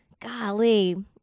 golly